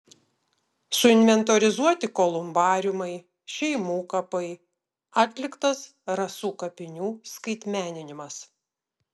suinventorizuoti kolumbariumai šeimų kapai atliktas rasų kapinių skaitmeninimas